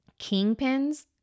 Kingpins